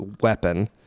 weapon